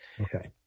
Okay